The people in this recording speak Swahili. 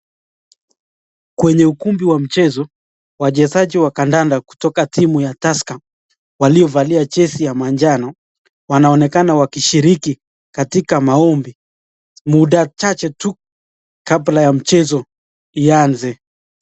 Kwenye ukumbi wa mchezo, wachezaji wa kandanda kutoka timu ya Tursker waliovalia jezi ya manjano wanaonekana wakishiriki katika maombi muda mchache tu kabla ya mchezo ianze